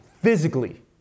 physically